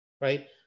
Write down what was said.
right